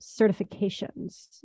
certifications